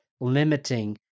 limiting